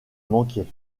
manquer